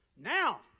Now